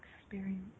experience